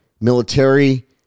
military